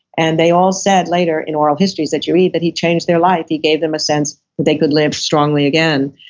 and they all said later, in oral histories that you read, that he changed their life. he gave them a sense that they could live strongly again.